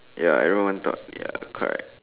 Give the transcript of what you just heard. ya everyone thought ya cry